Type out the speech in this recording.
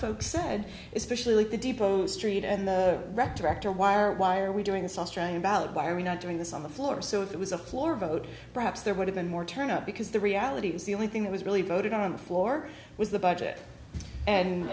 folks said especially the depots street and the rec tractor why or why are we doing this australian ballet why are we not doing this on the floor so it was a floor vote perhaps there would have been more turnout because the reality was the only thing that was really voted on the floor was the budget and